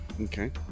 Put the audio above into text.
Okay